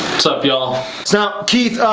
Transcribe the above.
sup, y'all. it's now keith.